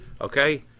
Okay